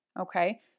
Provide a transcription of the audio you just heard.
Okay